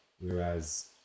whereas